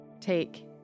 Take